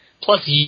plus